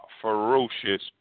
ferocious